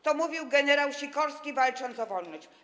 To mówił gen. Sikorski, walcząc o wolność.